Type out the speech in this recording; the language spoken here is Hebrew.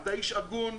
אתה איש הגון,